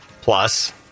plus